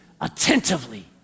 attentively